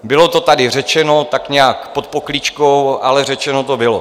Bylo to tady řečeno tak nějak pod pokličkou, ale řečeno to bylo.